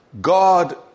God